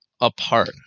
apart